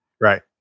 Right